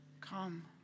come